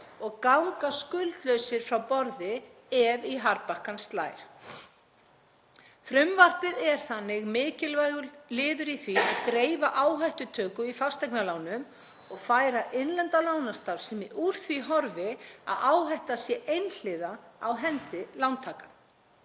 og ganga skuldlausir frá borði ef í harðbakkann slær. Frumvarpið er þannig mikilvægur liður í því að dreifa áhættutöku í fasteignalánum og færa innlenda lánastarfsemi úr því horfi að áhætta sé einhliða á hendi lántaka.